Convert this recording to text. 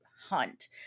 hunt